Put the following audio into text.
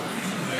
הכנסת.